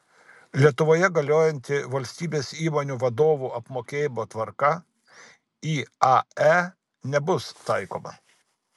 lietuvoje galiojanti valstybės įmonių vadovų apmokėjimo tvarka iae nebus taikoma